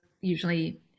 usually